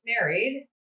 married